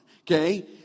okay